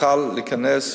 יוכל להיכנס,